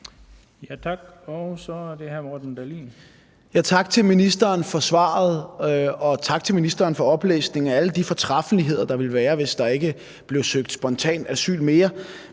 tak til ministeren for oplæsningen af alle de fortræffeligheder, der ville være, hvis der ikke blev søgt spontanasyl mere.